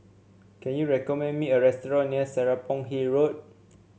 can you recommend me a restaurant near Serapong Hill Road